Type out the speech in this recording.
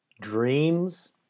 Dreams